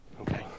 Okay